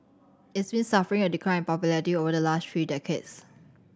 it has been suffering a decline in popularity over the last three decades